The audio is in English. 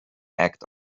act